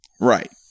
Right